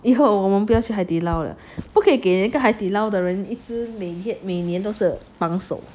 以后我们不要去海底捞了不可以给人海底捞的人一直每年都是绑手